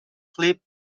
flip